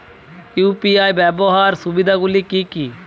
UPI ব্যাবহার সুবিধাগুলি কি কি?